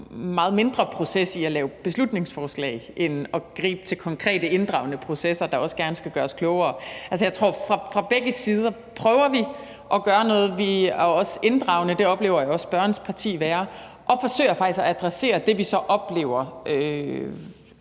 meget mindre proces i at lave beslutningsforslag end at gribe til konkrete inddragende processer, der også gerne skulle gøre os klogere. Jeg tror, at vi fra begge sider prøver at gøre noget. Vi er også inddragende, og det oplever jeg også spørgerens parti være. Og vi forsøger faktisk at adressere det, vi så oplever